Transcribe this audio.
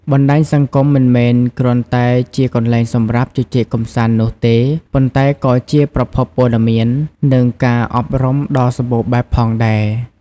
បណ្ដាញសង្គមមិនមែនគ្រាន់តែជាកន្លែងសម្រាប់ជជែកកម្សាន្តនោះទេ ប៉ុន្តែក៏ជាប្រភពព័ត៌មាន និងការអប់រំដ៏សម្បូរបែបផងដែរ។